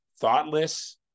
thoughtless